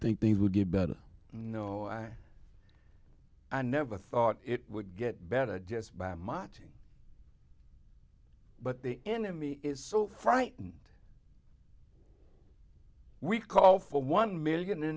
think things would get better no i never thought it would get better just by mocking but the enemy is so frightened we call for one million a